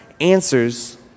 answers